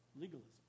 legalism